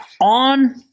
On